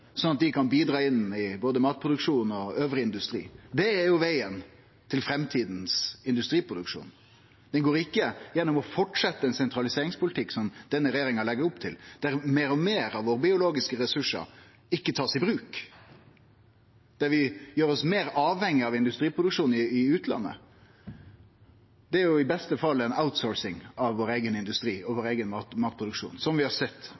at dei kan bidra inn i både matproduksjon og industri elles. Det er vegen til framtidas industriproduksjon. Den går ikkje gjennom å fortsetje ein sentraliseringspolitikk som denne regjeringa legg opp til, der meir og meir av dei biologiske ressursane våre ikkje blir tatt i bruk, der vi gjer oss meir avhengig av industriproduksjon i utlandet. Det er i beste fall «outsourcing» av vår eigen industri og vår eigen matproduksjon, som vi har sett